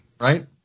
Right